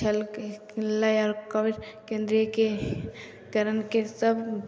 छलकै लै आओर कोबिड केंद्रके करण के सब